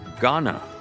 Ghana